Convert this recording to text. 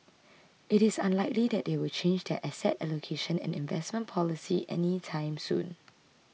it is unlikely that they will change their asset allocation and investment policy any time soon